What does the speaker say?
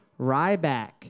Ryback